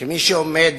כמי שעומד